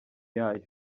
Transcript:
yayo